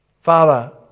father